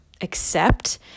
accept